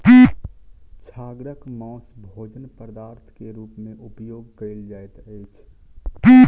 छागरक मौस भोजन पदार्थ के रूप में उपयोग कयल जाइत अछि